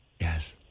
Yes